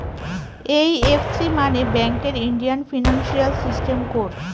IFC মানে ব্যাঙ্কের Indian financial system code